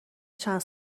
چند